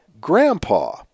Grandpa